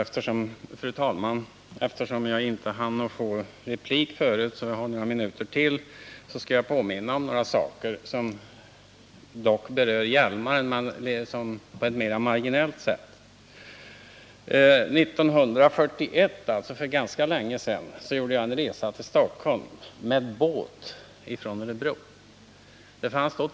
Fru talman! Eftersom jag tidigare inte hann få replik, vill jag i stället nu påminna om några saker som berör sjön Hjälmaren, om än på ett mer marginellt sätt. År 1941, dvs. för ganska länge sedan, gjorde jag en resa till Stockholm med båt från Örebro.